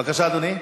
בבקשה, אדוני.